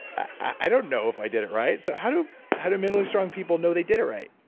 i don't know if i did it right. so, how do how do mentally strong people know they did it right?